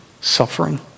suffering